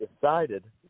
decided